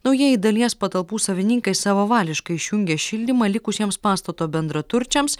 naujieji dalies patalpų savininkai savavališkai išjungė šildymą likusiems pastato bendraturčiams